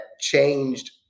changed